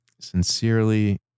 sincerely